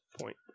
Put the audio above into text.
point